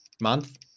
month